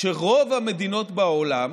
שרוב המדינות בעולם